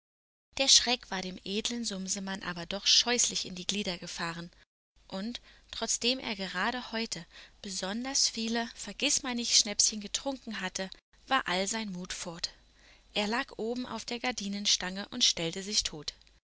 der schreck war dem edlen sumsemann aber doch scheußlich in die glieder gefahren und trotzdem er gerade heute besonders viele vergißmeinnichtschnäpschen getrunken hatte war all sein mut fort er lag oben auf der gardinenstange und stellte sich tot